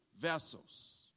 vessels